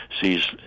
sees